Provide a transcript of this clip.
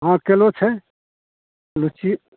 हँ केलो छै लिच्ची